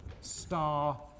star